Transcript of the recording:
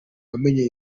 wamenye